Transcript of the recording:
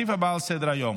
שישה נגד, אפס נמנעים.